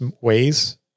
ways